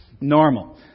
normal